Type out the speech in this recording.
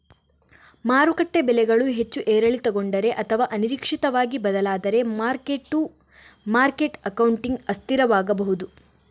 ಮಾರುಕಟ್ಟೆ ಬೆಲೆಗಳು ಹೆಚ್ಚು ಏರಿಳಿತಗೊಂಡರೆ ಅಥವಾ ಅನಿರೀಕ್ಷಿತವಾಗಿ ಬದಲಾದರೆ ಮಾರ್ಕ್ ಟು ಮಾರ್ಕೆಟ್ ಅಕೌಂಟಿಂಗ್ ಅಸ್ಥಿರವಾಗಬಹುದು